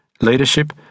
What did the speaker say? Leadership